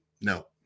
No